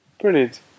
brilliant